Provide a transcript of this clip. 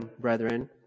brethren